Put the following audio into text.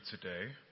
today